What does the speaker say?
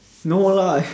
no lah